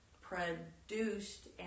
produced